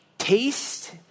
taste